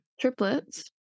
Triplets